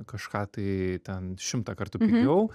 kažką tai ten šimtą kartų pigiau